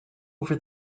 over